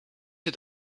het